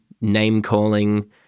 name-calling